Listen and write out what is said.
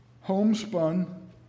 homespun